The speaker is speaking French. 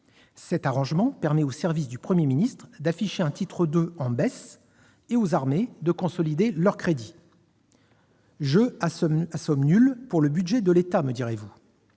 Cet arrangement permet aux services du Premier ministre d'afficher un titre 2 en baisse et aux armées de consolider leurs crédits ! Jeu à somme nulle pour le budget de l'État, me direz-vous